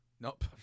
Nope